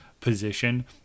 position